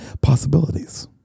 possibilities